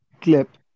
Clip